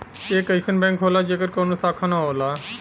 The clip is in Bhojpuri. एक अइसन बैंक होला जेकर कउनो शाखा ना होला